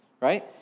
right